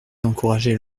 d’encourager